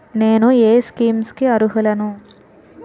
నేను ఏ స్కీమ్స్ కి అరుహులను?